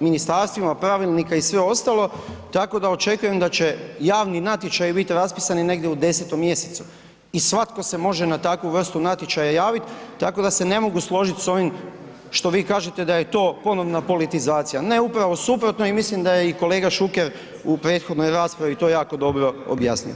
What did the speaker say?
ministarstvima, pravilnika i sve ostalo, tako da očekujem da će javni natječaji biti raspisani negdje u 10. mjesecu i svatko se može na takvu vrstu natječaja javit, tako da se ne mogu složiti s ovim što vi kažete da je to ponovna politizacija, na upravo suprotno i mislim da je i kolega Šuker u prethodnoj raspravi to jako dobro objasnio.